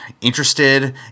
interested